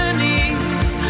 knees